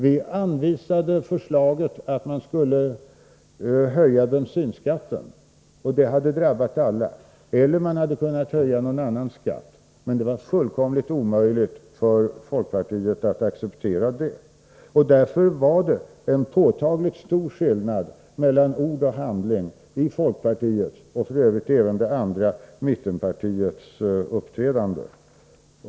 Vi anvisade förslaget att höja bensinskatten — vilket hade drabbat alla — eller att höja någon annan skatt, men det var fullkomligt omöjligt för folkpartiet att acceptera detta. Därför var det en påtagligt stor skillnad mellan ord och handling i folkpartiets — och f. ö. även i det andra mittenpartiets — uppträdande.